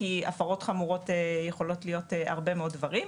כי הגדרות חמורות יכולות להיות הרבה מאוד דברים,